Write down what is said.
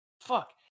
Fuck